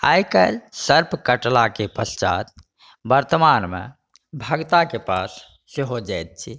आइकाल्हि सर्प कटलाके पश्चात वर्तमानमे भगताके पास सेहो जाइत छी